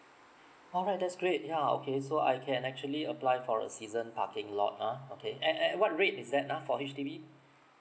alright that's great yeah okay so I can actually apply for a season parking lot ah okay and and what rate is that ah for H_D_B